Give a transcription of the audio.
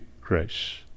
grace